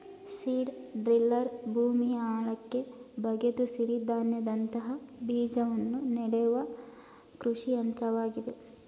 seed driller ಭೂಮಿಯ ಆಳಕ್ಕೆ ಬಗೆದು ಸಿರಿಧಾನ್ಯದಂತ ಬೀಜವನ್ನು ನೆಡುವ ಕೃಷಿ ಯಂತ್ರವಾಗಿದೆ